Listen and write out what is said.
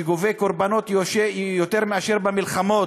שגובה קורבנות יותר מאשר במלחמות.